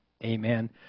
Amen